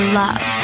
love